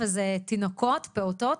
וזה תינוקות ופעוטות,